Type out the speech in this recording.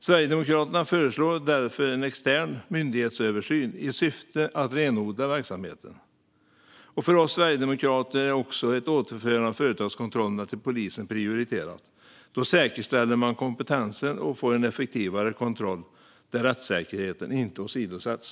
Sverigedemokraterna föreslår därför en extern myndighetsöversyn i syfte att renodla verksamheten. För oss sverigedemokrater är också ett återförande av företagskontrollerna till polisen prioriterat. Då säkerställer man kompetensen och får en effektivare kontroll där rättssäkerheten inte åsidosätts.